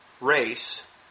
race